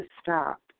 stop